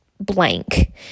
blank